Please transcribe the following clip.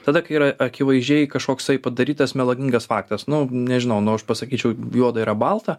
tada kai yra akivaizdžiai kažkoksai padarytas melagingas faktas nu nežinau nu aš pasakyčiau juoda yra balta